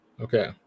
Okay